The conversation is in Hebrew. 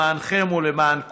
למענכם ולמען כולנו.